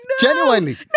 Genuinely